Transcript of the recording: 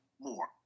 more